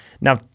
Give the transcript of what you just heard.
Now